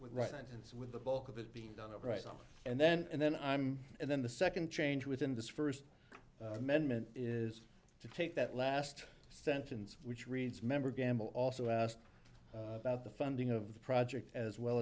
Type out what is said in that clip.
resonance with the bulk of it being done right on and then and then i'm and then the second change within this first amendment is to take that last sentence which reads member gammel also asked about the funding of the project as well